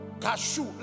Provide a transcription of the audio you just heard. cashew